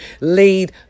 lead